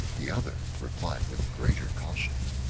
the other replied with greater caution,